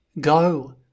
Go